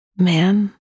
man